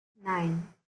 nine